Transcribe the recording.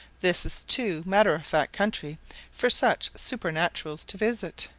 this is too matter-of-fact country for such supernaturals to visit.